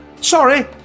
Sorry